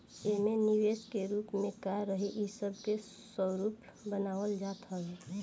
एमे निवेश के रूप का रही इ सब के स्वरूप बनावल जात हवे